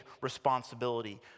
responsibility